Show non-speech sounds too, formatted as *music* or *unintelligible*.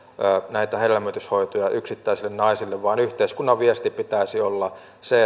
näitä hedelmöityshoitoja yksittäisille naisille yhteiskunnan viestin pitäisi olla se *unintelligible*